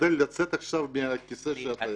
תשתדל לצאת עכשיו מהכיסא שלך.